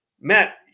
Matt